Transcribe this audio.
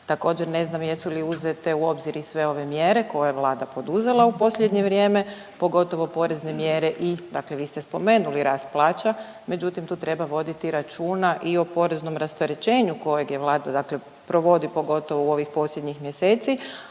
Također ne znam jesu li uzete u obzir i sve ove mjere koje je Vlada poduzela u posljednje vrijeme pogotovo porezne mjere i dakle vi ste spomenuli rast plaća. Međutim, tu treba voditi računa i o poreznom rasterećenju kojeg je Vlada, dakle provodi pogotovo u ovih posljednjih mjeseci